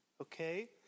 okay